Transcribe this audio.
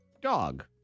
dog